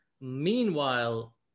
Meanwhile